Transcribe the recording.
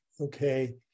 Okay